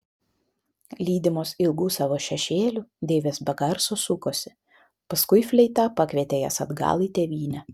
lydimos ilgų savo šešėlių deivės be garso sukosi paskui fleita pakvietė jas atgal į tėvynę